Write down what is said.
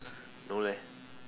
no leh